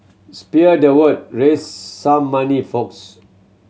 spear the word raise some money folks